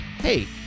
Hey